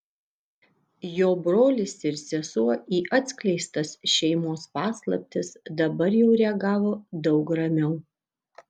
jo brolis ir sesuo į atskleistas šeimos paslaptis dabar jau reagavo daug ramiau